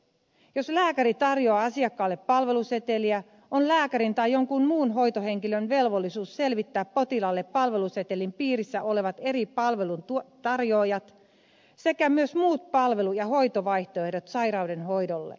jos lääkäri tarjoaa asiakkaalle palveluseteliä on lääkärin tai jonkun muun hoitohenkilön velvollisuus selvittää potilaalle palvelusetelin piirissä olevat eri palvelun tarjoajat sekä myös muut palvelu ja hoitovaihtoehdot sairaudenhoidolle